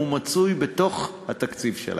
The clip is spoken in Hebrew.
הוא מצוי בתוך התקציב שלהם,